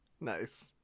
nice